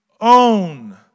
own